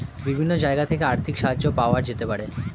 বিভিন্ন জায়গা থেকে আর্থিক সাহায্য পাওয়া যেতে পারে